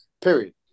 Period